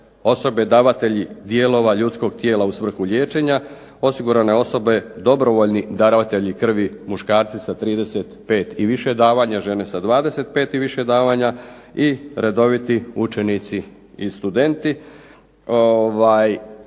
osobe davatelji dijelova ljudskog tijela u svrhu liječenja, osigurane osobe dobrovoljni darovatelji krvi muškarci sa 35 i više davanja, žene sa 25 i više davanja i redoviti učenici i studenti.